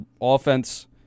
offense